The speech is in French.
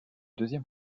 deuxième